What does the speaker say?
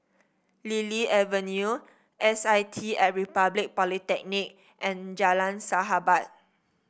Lily Avenue S I T at Republic Polytechnic and Jalan Sahabat